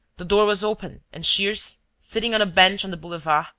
the door was open and shears, sitting on a bench on the boulevard,